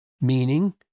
meaning